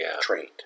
trained